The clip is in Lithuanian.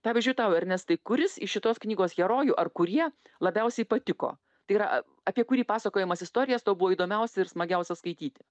pavyzdžiui tau ernestai kuris iš šitos knygos herojų ar kurie labiausiai patiko tai yra apie kurį pasakojamas istorijas to buvo įdomiausia ir smagiausia skaityti